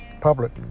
public